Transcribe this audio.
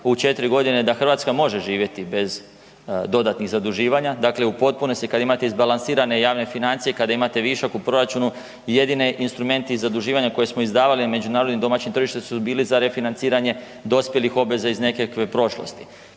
u 4 godine da Hrvatska može živjeti bez dodatnih zaduživanja, dakle u potpunosti kada imate izbalansirane javne financije, kada imate višak u proračunu jedini instrumenti zaduživanja koja smo izdavali međunarodnim domaćim tržištem su bili za refinanciranje dospjelih obveza iz nekakve prošlosti.